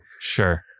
Sure